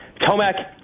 Tomac